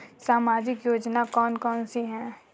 सामाजिक योजना कौन कौन सी हैं?